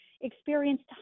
experienced